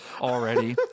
Already